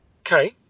Okay